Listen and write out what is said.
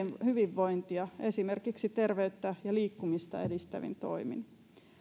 hyvinvointia esimerkiksi terveyttä ja liikkumista edistävin toimin